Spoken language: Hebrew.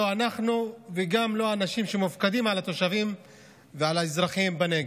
לא אנחנו וגם לא האנשים שמופקדים על התושבים והאזרחים בנגב.